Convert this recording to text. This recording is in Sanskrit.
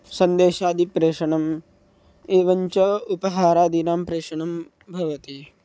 सन्देशादिप्रेषणम् एवञ्च उपहारादीनां प्रेषणं भवति